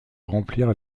remplir